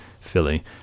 Philly